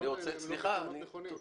הפתרונות האלה לא נכונים.